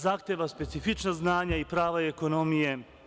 Zahteva specifična znanja i prava i ekonomije.